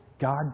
god